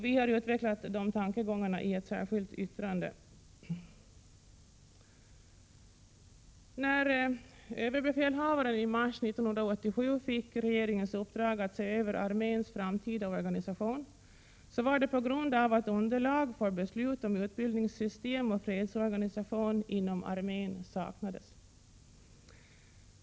Vi har utvecklat dessa tankegångar i ett särskilt yttrande. När överbefälhavaren i mars 1987 fick regeringens uppdrag att se över arméns framtida organisation var det på grund av att underlag för beslut om utbildningssystem och fredsorganisation inom armén saknades.